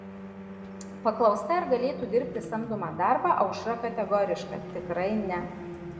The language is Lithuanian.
paklausta ar galėtų dirbti samdomą darbą aušra kategoriška tikrai ne